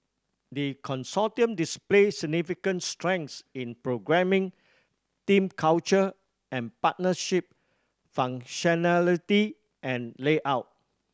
the Consortium displayed significant strengths in programming team culture and partnership functionality and layout